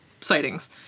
sightings